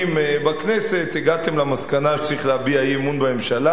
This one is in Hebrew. בכנסת הגעתם למסקנה שצריך להביע אי-אמון בממשלה,